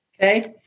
Okay